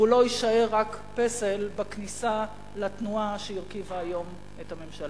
והוא לא יישאר רק פסל בכניסה לתנועה שהרכיבה היום את הממשלה.